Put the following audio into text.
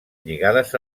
lligades